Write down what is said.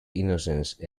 innocence